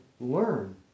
learn